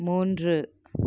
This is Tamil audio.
மூன்று